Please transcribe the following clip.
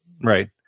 right